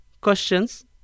questions